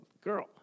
girl